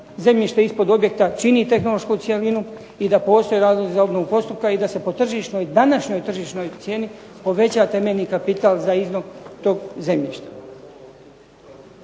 zemljište ispod objekta čini tehnološku cjelinu i da postoje razlozi za obnovu postupka i da se po tržišnoj, današnjoj tržišnoj cijeni poveća temeljni kapital za …/Govornik